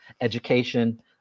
education